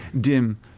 Dim